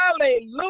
Hallelujah